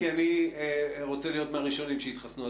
כי אני רוצה להיות מהראשונים שיתחסנו.